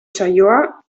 saioa